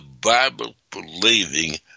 Bible-believing